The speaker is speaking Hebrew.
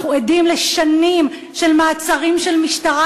אנחנו עדים לשנים של מעצרים של משטרה